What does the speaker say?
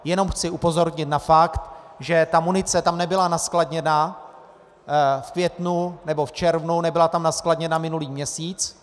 Jenom chci upozornit na fakt, že ta munice tam nebyla naskladněna v květnu nebo v červnu, nebyla tam naskladněna minulý měsíc.